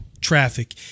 traffic